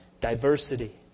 diversity